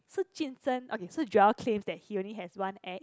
so jun sheng okay so Joel claims that he only has one ex